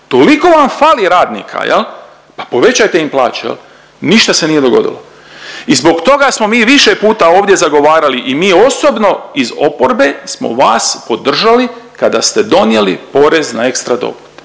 Toliko vam fali radnika jel, pa povećajte im plaće jel, ništa se nije dogodilo. I zbog toga smo mi više puta ovdje zagovarali i mi osobno iz oporbe smo vas podržali kada ste donijeli porez na ekstra dobit,